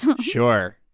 Sure